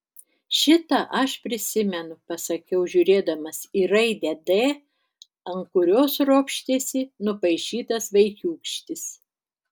šitą aš prisimenu pasakiau žiūrėdamas į raidę d ant kurios ropštėsi nupaišytas vaikiūkštis